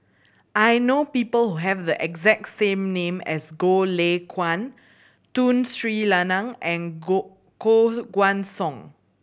I know people have the exact same name as Goh Lay Kuan Tun Sri Lanang and Koh Guan Song